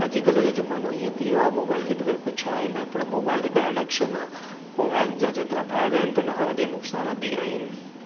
अॼुकल्ह जो ज़मानो ईअं थी वियो आहे मोबाईल जे बग़ैरु कुझु आहे न पर मोबाईल त अडेक्शन आहे मोबाईल जा जेतिरा फ़ाइदा आहिनि त उनखां वधीक नुकसान बि आहिनि